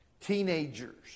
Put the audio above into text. teenagers